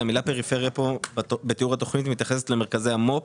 המילה "פריפריה" בתיאור התוכנית מתייחסת למרכזי המו"פ,